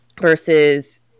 versus